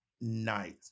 night